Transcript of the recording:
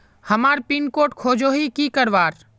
हमार pin code खोजोही की करवार?